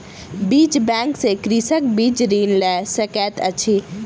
बीज बैंक सॅ कृषक बीज ऋण लय सकैत अछि